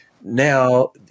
now